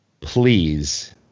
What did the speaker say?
Please